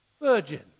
virgin